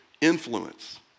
influence